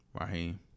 Raheem